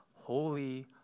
holy